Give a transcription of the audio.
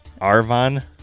Arvon